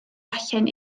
allan